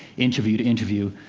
interview to interview,